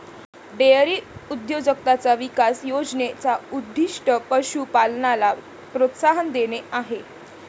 dairy उद्योजकताचा विकास योजने चा उद्दीष्ट पशु पालनाला प्रोत्साहन देणे आहे